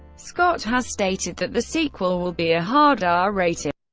scott has stated that the sequel will be a hard r rating.